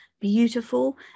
beautiful